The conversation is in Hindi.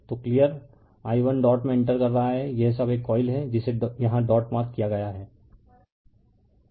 तो क्लियर i1 डॉट में इंटर कर रहा है यह सब एक कॉइल है जिसे यहां डॉट मार्क किया गया है